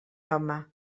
home